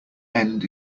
end